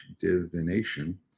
divination